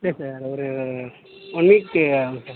இல்லை சார் அது ஒரு ஒன் வீக் ஆகும் சார்